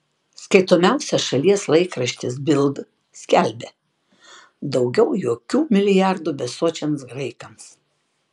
skaitomiausias šalies laikraštis bild skelbia daugiau jokių milijardų besočiams graikams